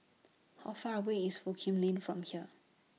How Far away IS Foo Kim Lin from here